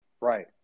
Right